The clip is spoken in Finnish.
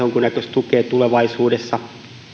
tukea tulevaisuudessa